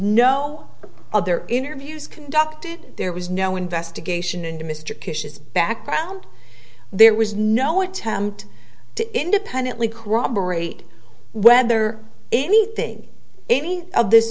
no other interviews conducted there was no investigation into mr kitchens background there was no attempt to independently corroborate whether anything any of this